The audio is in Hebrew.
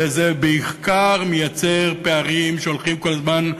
וזה בעיקר מייצר פערים שהולכים כל הזמן,